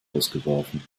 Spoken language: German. ausgeworfen